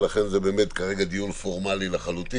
ולכן זה כרגע באמת דיון פורמלי לחלוטין.